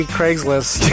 Craigslist